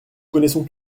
connaissons